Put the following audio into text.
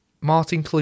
Martin